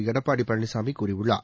எடப்பாடி பழனிசாமி கூறியுள்ளார்